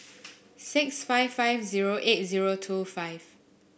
six five five zero eight zero two five